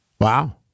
Wow